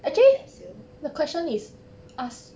time capsule